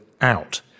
out